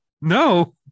No